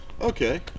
Okay